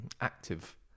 active